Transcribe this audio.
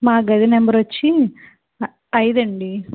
మా గది నంబరొచ్చి ఐదండి